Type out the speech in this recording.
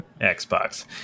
Xbox